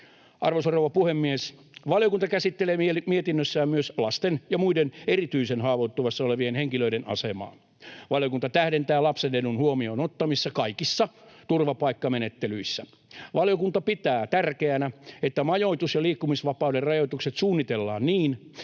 Arvoisa rouva puhemies! Valiokunta käsittelee mietinnössään myös lasten ja muiden erityisen haavoittuvassa olevien henkilöiden asemaa. Valiokunta tähdentää lapsen edun huomioon ottamista kaikissa turvapaikkamenettelyissä. Valiokunta pitää tärkeänä, että majoitus ja liikkumisvapauden rajoitukset suunnitellaan niin,